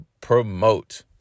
promote